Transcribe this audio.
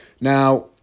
now